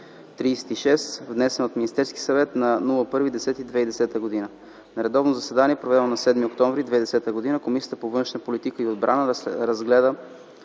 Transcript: внесен от Министерския съвет на 1 октомври 2010 г. На редовно заседание, проведено на 7 октомври 2010 г., Комисията по външна политика и отбрана разгледа